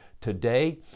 Today